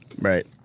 Right